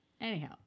anyhow